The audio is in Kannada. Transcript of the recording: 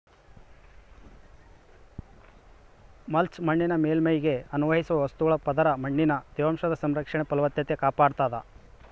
ಮಲ್ಚ್ ಮಣ್ಣಿನ ಮೇಲ್ಮೈಗೆ ಅನ್ವಯಿಸುವ ವಸ್ತುಗಳ ಪದರ ಮಣ್ಣಿನ ತೇವಾಂಶದ ಸಂರಕ್ಷಣೆ ಫಲವತ್ತತೆ ಕಾಪಾಡ್ತಾದ